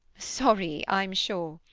sorry, i'm sure.